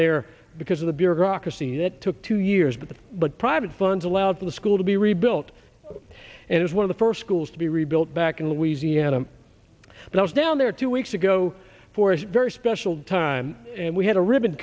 there because of the bureaucracy that took two years but the but private funds allowed for the school to be rebuilt and it's one of the first schools to be rebuilt back in louisiana and i was down there two weeks ago for a very special time and we had a ribbon